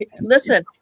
Listen